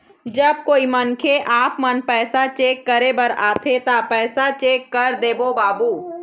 जब कोई मनखे आपमन पैसा चेक करे बर आथे ता पैसा चेक कर देबो बाबू?